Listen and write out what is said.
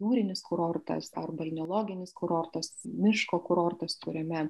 jūrinis kurortas ar balneologinis kurortas miško kurortas kuriame